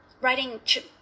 writing